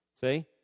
See